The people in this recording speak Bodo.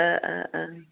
ओ ओ ओं